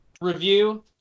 review